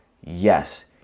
Yes